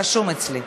רשום אצלי.